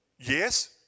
Yes